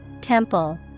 Temple